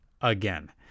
again